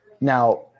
Now